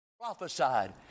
prophesied